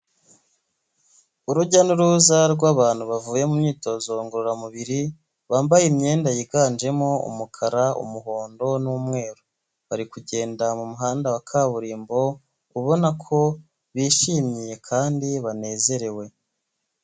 Urujya n'uruza rw'abantu bavuye mu myitozo ngororamubiri bambaye imyenda yiganjemo umukara, umuhondo n'umweru, bari kugenda mu muhanda wa kaburimbo ubona ko bishimye kandi banezerewe.